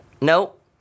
Nope